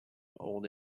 old